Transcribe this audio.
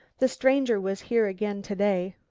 the stranger was here again to-day.